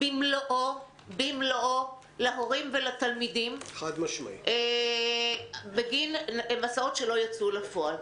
במלואו להורים ולתלמידים בגין מסעות שלא יצאו אל הפועל.